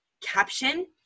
caption